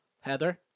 Heather